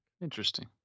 Interesting